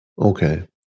Okay